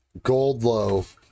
Goldlow